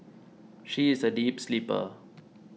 she is a deep sleeper